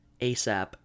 ASAP